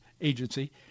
agency